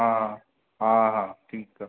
हा हा हा हा ठीकु आहे